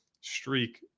streak